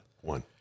one